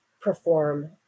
perform